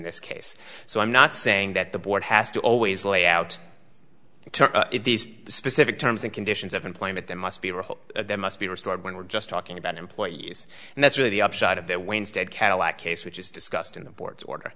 this case so i'm not saying that the board has to always lay out to these specific terms and conditions of employment there must be there must be restored when we're just talking about employees and that's really the upshot of the winsted cadillac case which is discussed in the board's order